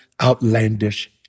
outlandish